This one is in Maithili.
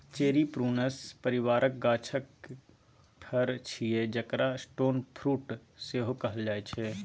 चेरी प्रुनस परिबारक गाछक फर छियै जकरा स्टोन फ्रुट सेहो कहल जाइ छै